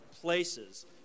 places